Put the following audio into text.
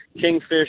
kingfish